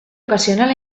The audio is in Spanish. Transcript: ocasional